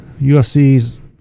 UFC's